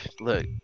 look